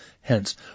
Hence